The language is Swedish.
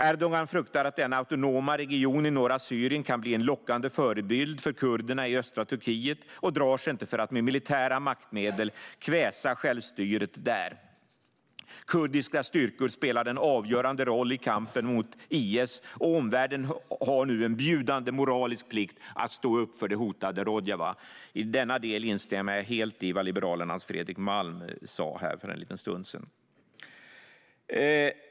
Erdogan fruktar att denna autonoma region i norra Syrien kan bli en lockande förebild för kurderna i östra Turkiet och drar sig inte för att med militära maktmedel kväsa självstyret där. Kurdiska styrkor spelade en avgörande roll i kampen mot IS, och omvärlden har nu en bjudande moralisk plikt att stå upp för det hotade Rojava. I denna del instämmer jag helt i vad Liberalernas Fredrik Malm sa här för en liten stund sedan.